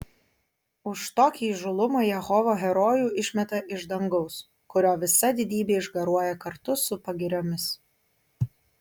už tokį įžūlumą jehova herojų išmeta iš dangaus kurio visa didybė išgaruoja kartu su pagiriomis